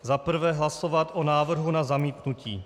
Za prvé hlasovat o návrhu na zamítnutí.